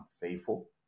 faithful